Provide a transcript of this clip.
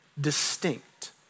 distinct